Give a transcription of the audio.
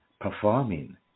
performing